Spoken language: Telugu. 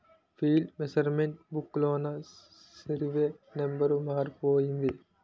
ఫీల్డ్ మెసరమెంట్ బుక్ లోన సరివే నెంబరు మారిపోయింది